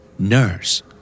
Nurse